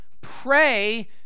pray